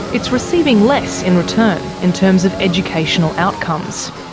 it's receiving less in return in terms of educational outcomes.